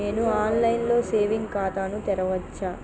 నేను online లో saving ఖాతా ను తెరవచ్చా?